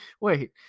Wait